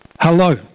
Hello